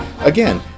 Again